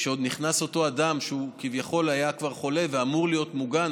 כשעוד נכנס אותו אדם שהוא כביכול כבר היה חולה ואמור להיות מוגן,